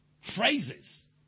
Phrases